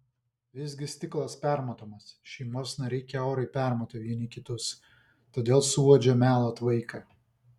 visgi stiklas permatomas šeimos nariai kiaurai permato vieni kitus todėl suuodžia melo tvaiką